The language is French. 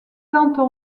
plantes